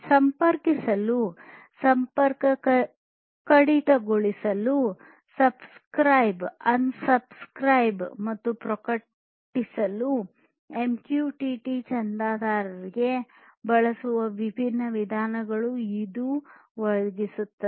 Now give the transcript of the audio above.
ಸಂಪರ್ಕಿಸಲು ಸಂಪರ್ಕ ಕಡಿತಗೊಳಿಸಲು ಸಬ್ಸ್ಕ್ರೈಬ್ ಅನ್ಸಬ್ಸ್ಕ್ರೈಬ್ ಮತ್ತು ಪ್ರಕಟಿಸಿಲು ಎಂಕ್ಯೂಟಿಟಿ ಚಂದಾದಾರರಾಗಲು ಬಳಸುವ ವಿಭಿನ್ನ ವಿಧಾನಗಳನ್ನು ಇದು ಒದಗಿಸುತ್ತದೆ